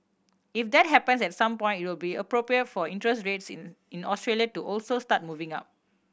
if that happens at some point it will be appropriate for interest rates in in Australia to also start moving up